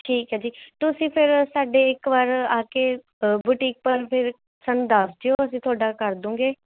ਠੀਕ ਹੈ ਜੀ ਤੁਸੀਂ ਫਿਰ ਸਾਡੇ ਇੱਕ ਵਾਰ ਆ ਕੇ ਬੁਟੀਕ ਪਰ ਫਿਰ ਸਾਨੂੰ ਦੱਸ ਦਿਓ ਅਸੀਂ ਤੁਹਾਡਾ ਕਰ ਦੂੰਗੇ